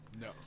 No